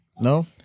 No